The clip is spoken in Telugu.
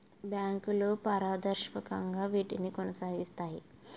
బ్యాంకులు పారదర్శకంగా వీటిని కొనసాగిస్తాయి